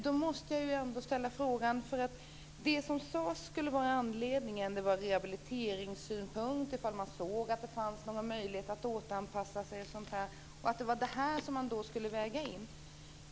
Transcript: Det som sades skulle vara anledningen till en tidsbestämning av straffet skulle vara rehabiliteringssynpunkter och om man såg att det fanns några möjligheter för personen i fråga att återanpassas och att det var detta som skulle vägas in.